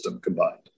combined